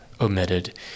omitted